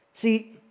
See